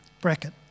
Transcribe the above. bracket